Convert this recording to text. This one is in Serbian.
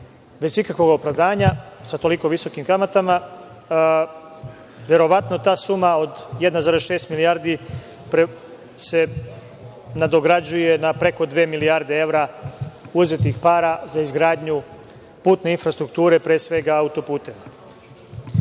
bez ikakvog opravdanja, sa toliko visokim kamatama, verovatno ta suma od 1,6 milijardi se nadograđuje na preko 2 milijarde evra uzetih para za izgradnju putne infrastrukture, pre svega autoputeva. Svaka